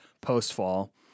post-fall